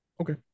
Okay